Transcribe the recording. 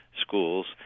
schools